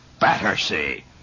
Battersea